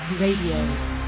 Radio